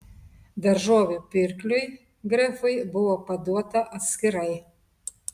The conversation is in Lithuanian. daržovių pirkliui grefui buvo paduota atskirai